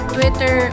Twitter